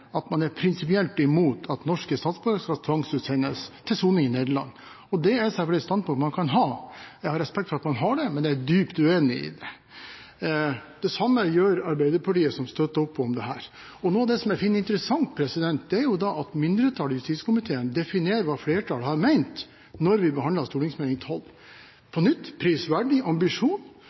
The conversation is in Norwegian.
at man er prinsipielt imot at norske statsborgere skal tvangsutsendes til soning i Nederland. Det er selvfølgelig et standpunkt man kan ha, og jeg har respekt for at man har det, men jeg er dypt uenig i det. Det samme standpunktet har Arbeiderpartiet, som støtter opp om dette. Noe av det som jeg finner interessant, er at mindretallet i justiskomiteen definerer hva flertallet mente da vi behandlet Meld. St. 12. På nytt: Det er en prisverdig ambisjon,